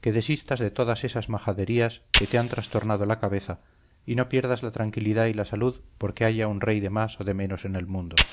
que desistas de todas esas majaderías que te han trastornado la cabeza y no pierdas la tranquilidad y la salud porque haya un rey de más o de menos en el mundo